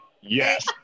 yes